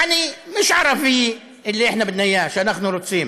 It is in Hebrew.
יעני (אומר בערבית: לא ערבי שאנחנו רוצים